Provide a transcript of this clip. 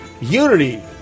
Unity